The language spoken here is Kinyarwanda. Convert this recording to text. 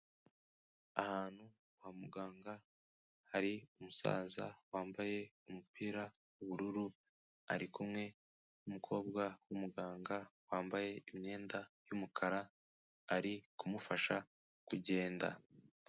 Ahantu kwa muganga hari umusaza wambaye umupira w'ubururu, ari kumwe n'umukobwa w'umuganga wambaye imyenda y'umukara, ari kumufasha kugenda.